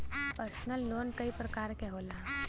personal loan कई परकार के होला